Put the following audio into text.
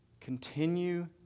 continue